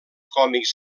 còmics